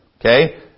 Okay